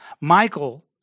Michael